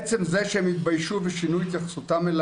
עצם זה שהם התביישו ושינו את ההתייחסות שלהם,